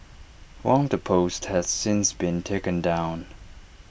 one of the posts has since been taken down